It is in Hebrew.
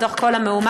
בתוך כל המהומה.